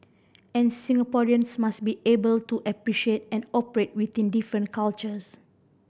and Singaporeans must be able to appreciate and operate within different cultures